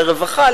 לרווחה,